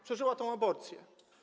Przeżyła tę aborcję.